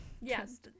Yes